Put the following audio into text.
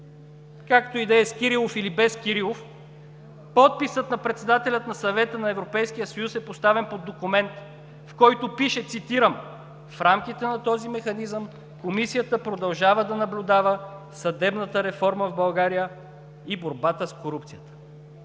Както и да е, с Кирилов или без Кирилов подписът на председателя на Съвета на Европейския съюз е поставен под документ, в който пише, цитирам: „В рамките на този механизъм Комисията продължава да наблюдава съдебната реформа в България и борбата с корупцията.“